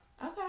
Okay